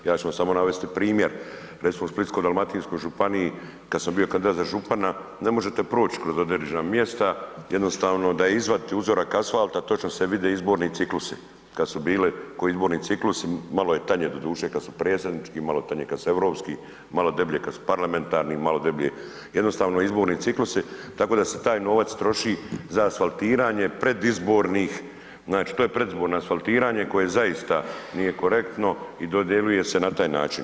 Ja ću vam samo navesti primjer, recimo u Splitsko-dalmatinskoj županiji, kad sam bio kandidat za župana, ne možete proći kroz određena mjesta, jednostavno, da izvadite uzorak asfalta, točno se vide izborni ciklusi, kad su bili koji izborni ciklusi, malo je tanje doduše kad su predsjednički, malo tanje kad su europski, malo deblje kad su parlamentarni, malo deblji, jednostavno izborni ciklusi, tako da se taj novac troši za asfaltiranje predizbornih, znači to je predizborno asfaltiranje, koje zaista nije korektno i dodjeljuje se na taj način.